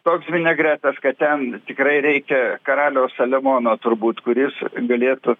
toks vinegretas kad ten tikrai reikia karaliaus saliamono turbūt kuris galėtų